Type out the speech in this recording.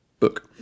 book